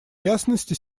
ясности